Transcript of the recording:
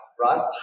right